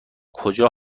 کجا